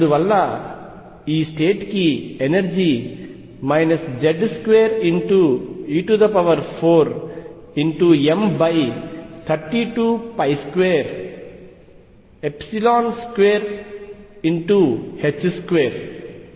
అందువల్ల ఈ స్టేట్ కి ఎనర్జీ Z2e4m322022 ఇది 13